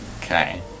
Okay